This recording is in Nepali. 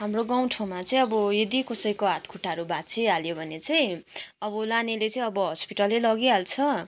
हाम्रो गाउँठाउँमा चाहिँ अब यदि कसैको हातखुट्टाहरू भाँचिइहाल्यो भने चाहिँ अब लानेले चाहिँ अब हस्पिटलै लगिहाल्छ